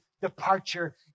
departure